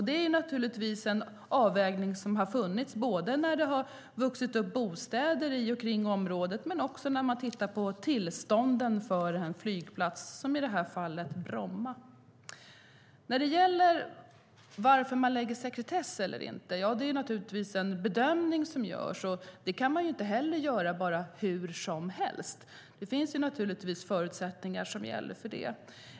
Det är naturligtvis en avvägning som har funnits när bostäder har vuxit upp i och runt området och när man ser över tillstånden för en flygplats - i det här fallet Bromma. Sedan var det frågan om varför något beläggs med sekretess eller inte. Det är naturligtvis en bedömning som görs. Den kan inte göras hur som helst. Det finns naturligtvis förutsättningar för bedömningen.